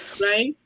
Right